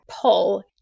pull